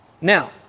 Now